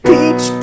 Peach